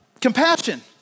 compassion